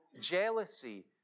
jealousy